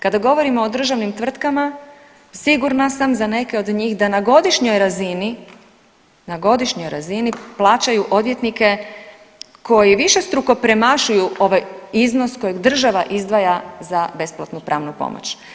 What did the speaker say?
Kada govorimo o državnim tvrtkama sigurna sam za neke od njih da na godišnjoj razini, na godišnjoj razini plaćaju odvjetnike koji višestruko premašuju ovaj iznos kojeg država izdvaja za besplatnu pravnu pomoć.